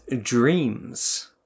Dreams